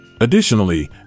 Additionally